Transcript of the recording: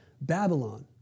Babylon